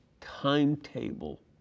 timetable